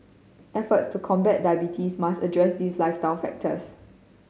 efforts to combat diabetes must address these lifestyle factors